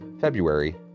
February